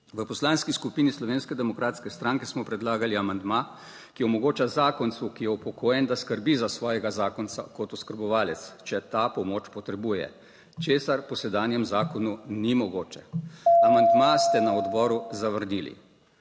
V Poslanski skupini Slovenske demokratske stranke smo predlagali amandma, ki omogoča zakoncu, ki je upokojen, da skrbi za svojega zakonca kot oskrbovanec, če ta pomoč potrebuje, česar po sedanjem zakonu ni mogoče. Amandma ste na odboru zavrnili.